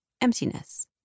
Emptiness